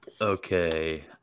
Okay